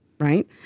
Right